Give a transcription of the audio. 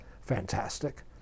fantastic